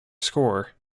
score